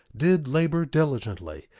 did labor diligently,